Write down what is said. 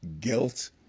guilt